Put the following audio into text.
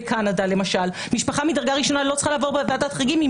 בקנדה לא צריכה לעבור ועדת חריגים אלא היא